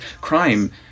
crime